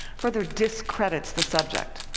further discredits the subject.